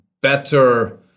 better